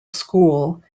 school